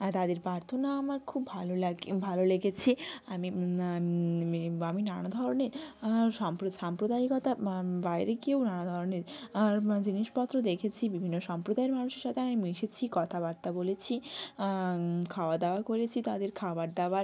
আর তাদের প্রার্থনা আমার খুব ভালো লাগে ভালো লেগেছে আমি আমি আমি নানা ধরনের সাম্প্রদায়িকতার বাইরে গিয়েও নানা ধরনের আর জিনিসপত্র দেখেছি বিভিন্ন সম্প্রদায়ের মানুষের সাথে আমি মিশেছি কথাবার্তা বলেছি খাওয়া দাওয়া করেছি তাদের খাবার দাবার